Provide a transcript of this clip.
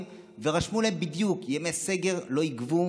ורשמו להם בדיוק: ימי סגר לא יגבו,